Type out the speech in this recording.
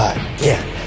again